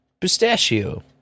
pistachio